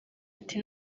ati